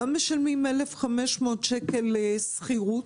גם משלמים 1,500 שקל לשכירות,